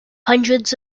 hundreds